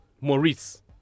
Maurice